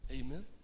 Amen